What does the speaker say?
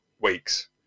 weeks